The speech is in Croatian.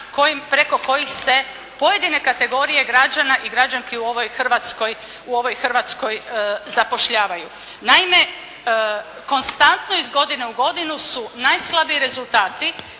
preko kojih se pojedine kategorije građana i građanki u ovoj Hrvatskoj zapošljavaju. Naime, konstantno iz godine u godinu su najslabiji rezultati